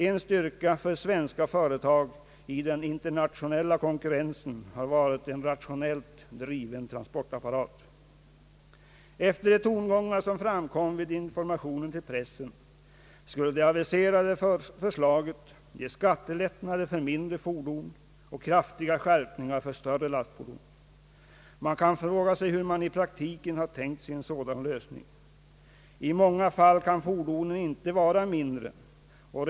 En styrka för svenska företag i den internationella konkurrensen har varit en rationellt driven transportapparat. Efter de tongångar som framkom vid informationer till pressen skulle det aviserade förslaget ge skattelättnader för mindre fordon och kraftiga skärpningar för större lastfordon. Man kan fråga sig hur en sådan lösning är tänkt att fungera i praktiken. I många fall kan fordonen inte vara mindre än de som nu används.